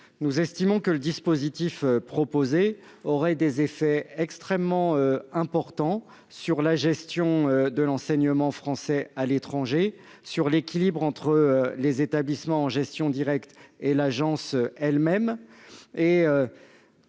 nous estimons que le dispositif proposé aurait des effets extrêmement importants sur la gestion de l'enseignement français à l'étranger et sur l'équilibre entre les établissements en gestion directe et l'Agence elle-même.